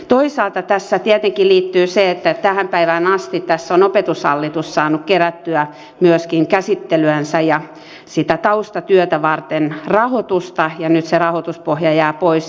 toisaalta tähän tietenkin liittyy se että tähän päivään asti tässä on opetushallitus saanut kerättyä myöskin käsittelyänsä ja sitä taustatyötä varten rahoitusta ja nyt se rahoituspohja jää pois